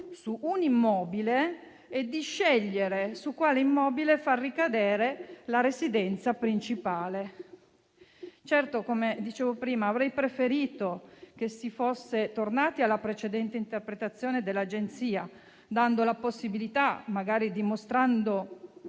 su un immobile e di scegliere su quale immobile far ricadere la residenza principale. Certo - come dicevo prima - avrei preferito che si fosse tornati alla precedente interpretazione dell'Agenzia delle entrate, garantendo